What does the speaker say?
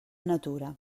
natura